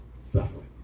suffering